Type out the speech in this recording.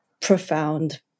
profound